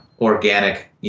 organic